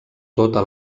tota